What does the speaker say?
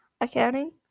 accounting